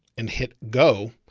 and. hit go.